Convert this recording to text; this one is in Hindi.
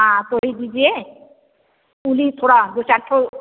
हाँ थोड़ी दीजिए ऊनी थोड़ा दो चार ठो